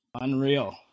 Unreal